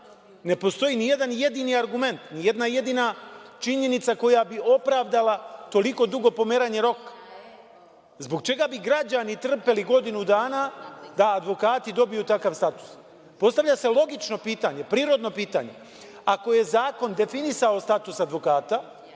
Ne postoji nijedan jedini argument, nijedna jedina činjenica koja bi opravdala toliko dugo pomeranje roka. Zbog čega bi građani trpeli godinu dana da advokati dobiju takav status? Postavlja se logično pitanje, prirodno pitanje. Ako je zakon definisao status advokata